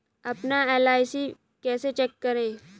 अपना एल.आई.सी कैसे चेक करें?